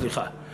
סליחה.